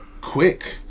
quick